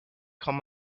kann